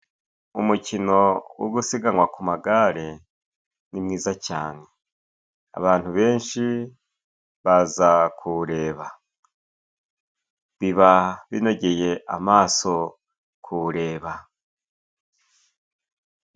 Umukino wo gusiganwa ku magare ni mwiza cyane. Abantu benshi bazakuwureba ， biba binogeye amaso kurewuba.